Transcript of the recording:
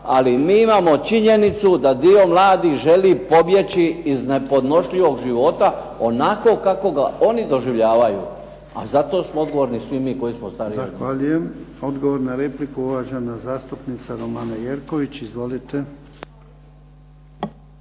Ali mi imamo činjenicu da dio mladih želi pobjeći iz nepodnošljivog života onako kako ga oni doživljavaju, a zato smo odgovorni svi mi koji smo stariji. **Jarnjak, Ivan (HDZ)** Zahvaljujem. Odgovor na repliku, uvažena zastupnica Romana Jerković.